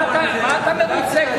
מה אתה מרוצה?